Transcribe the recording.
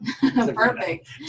Perfect